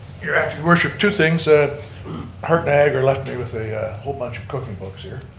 your acting worship. two things. ah heart niagara left me with a whole bunch of cooking books here,